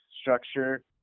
structure